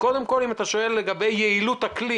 אם אתה שואל לגבי יעילות הכלי,